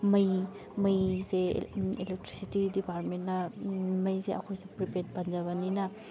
ꯃꯩ ꯃꯩꯁꯦ ꯑꯦꯂꯦꯛꯇ꯭ꯔꯤꯁꯤꯇꯤ ꯗꯤꯄꯥꯔꯠꯃꯦꯟꯅ ꯃꯩꯁꯦ ꯑꯩꯈꯣꯏꯁꯨ ꯄ꯭ꯔꯤꯄꯦꯗ ꯄꯥꯟꯖꯕꯅꯤꯅ